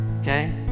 Okay